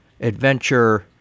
adventure